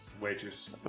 waitress